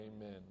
Amen